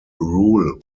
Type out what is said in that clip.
rule